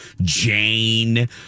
Jane